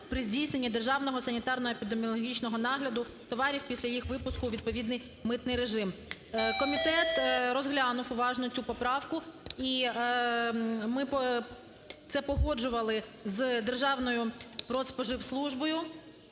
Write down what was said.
при здійсненні державного санітарно-епідеміологічного нагляду товарів після їх випуску у відповідний митний режим. Комітет розглянув уважно цю поправку і ми це погоджували з Державною продспоживслужбою,